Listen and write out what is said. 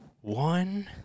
one